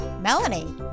Melanie